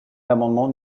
l’amendement